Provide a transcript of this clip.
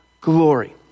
glory